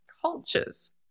cultures